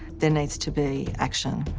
there needs to be action.